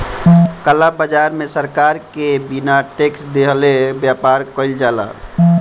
काला बाजार में सरकार के बिना टेक्स देहले व्यापार कईल जाला